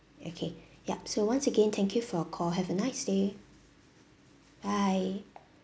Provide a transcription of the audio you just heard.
okay yup so once again thank you for your call have a nice day bye